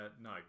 No